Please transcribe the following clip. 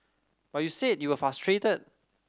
but you said you were frustrated